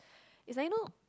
as I know